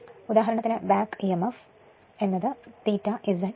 അതിനാൽ ഉദാഹരണത്തിന് back Emf ∅ Z n60 PA